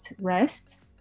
rest